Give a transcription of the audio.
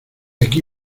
aquí